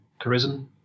Charisma